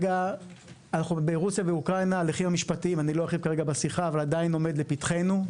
ההליכים המשפטיים ברוסיה ובאוקראינה עדיין עומדים לפתחנו.